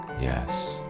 Yes